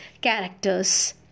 characters